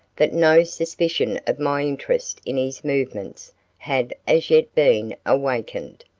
that no suspicion of my interest in his movements had as yet been awakened,